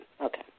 okay